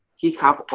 he have